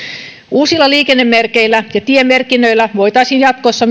uusilla liikennemerkeillä ja tiemerkinnöillä voitaisiin jatkossa